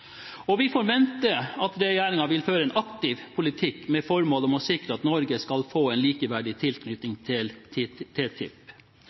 Vi forventer at regjeringen vil føre en aktiv politikk med det formål å sikre at Norge skal få en likeverdig tilknytning til TTIP.